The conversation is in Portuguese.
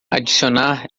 adicionar